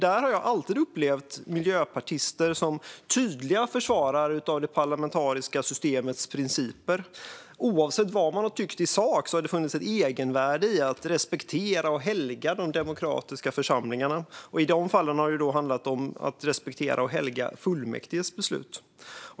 Där har jag alltid upplevt miljöpartister som tydliga försvarare av det parlamentariska systemets principer. Oavsett vad man har tyckt i sak har det funnits ett egenvärde i att respektera och helga de demokratiska församlingarna. I de fallen har det handlat om att respektera och helga fullmäktiges beslut.